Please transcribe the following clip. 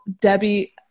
Debbie